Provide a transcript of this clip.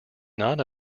not